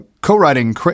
co-writing